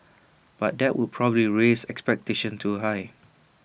but that would probably raise expectations too high